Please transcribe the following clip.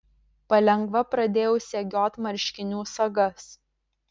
palengva pradėjau segiot marškinių sagas